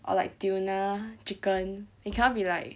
or like tuna chicken it cannot be like